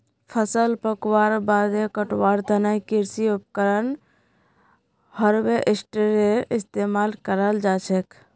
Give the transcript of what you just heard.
फसल पकवार बादे कटवार तने कृषि उपकरण हार्वेस्टरेर इस्तेमाल कराल जाछेक